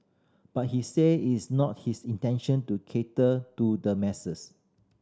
but he say is not his intention to cater to the masses